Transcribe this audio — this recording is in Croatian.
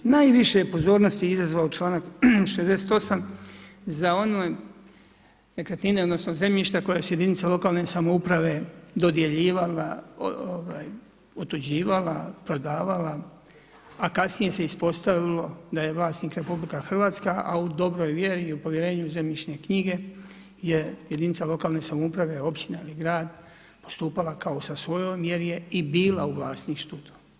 Najviše je pozornosti izazvao čl. 68. za one nekretnine, odnosno, zemljišta, koje su jedinica lokalne samouprave dodjeljivala, optuživala, prodavala, a kasnije se ispostavilo da je vlasnik RH, a u dobroj vjeri, povjerenju zemljišne knjige je jedinica lokalne samouprave, općine i grad, postupala kao i sa svojom, jer je i bila u vlasništvu.